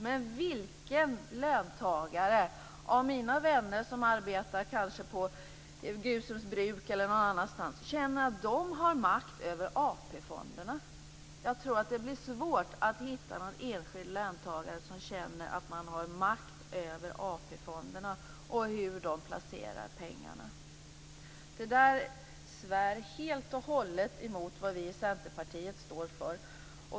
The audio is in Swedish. Men vilken löntagare av mina vänner som kanske arbetar på Gusums Bruk eller någon annanstans känner att de har makt över AP-fonderna? Jag tror att det blir svårt att hitta någon enskild löntagare som känner sig ha makt över AP fonderna och hur de placerar pengarna. Det där svär helt och hållet emot vad vi i Centerpartiet står för.